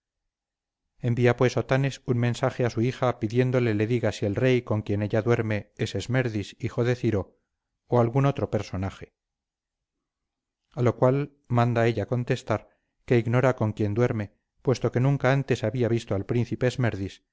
antecesor envía pues otanes un mensaje a su hija pidiéndole le diga si el rey con quien ella duerme es esmerdis hijo de ciro o algún otro personaje a lo cual manda ella contestar que ignora con quien duerme puesto que nunca antes había visto al príncipe